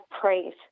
praise